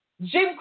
Jim